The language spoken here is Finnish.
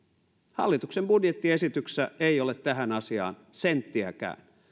hallituksen budjettiesityksessä ei ole tähän asiaan senttiäkään